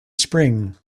spring